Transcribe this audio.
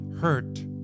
hurt